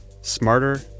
smarter